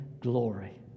glory